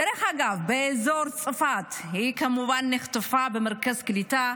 דרך אגב, באזור צפת, היא כמובן נחטפה במרכז קליטה,